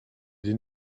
did